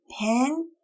Pen